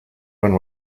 one